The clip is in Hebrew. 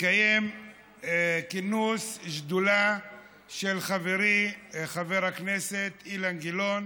התקיים כינוס השדולה של חברי חבר הכנסת אילן גילאון